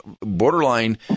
Borderline